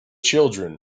children